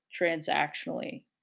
transactionally